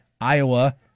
Iowa